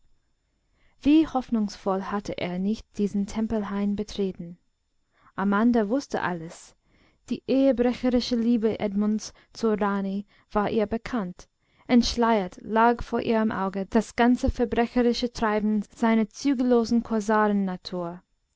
wie hoffnungsvoll hatte er nicht diesen tempelhain betreten amanda wußte alles die ehebrecherische liebe edmunds zur rani war ihr bekannt entschleiert lag vor ihrem auge das ganze verbrecherische treiben seiner zügellosen